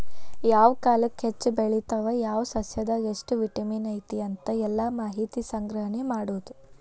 ಯಾವ ಕಾಲಕ್ಕ ಹೆಚ್ಚ ಬೆಳಿತಾವ ಯಾವ ಸಸ್ಯದಾಗ ಎಷ್ಟ ವಿಟಮಿನ್ ಐತಿ ಅಂತ ಎಲ್ಲಾ ಮಾಹಿತಿ ಸಂಗ್ರಹಣೆ ಮಾಡುದು